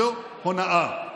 זו הונאה.